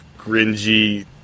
gringy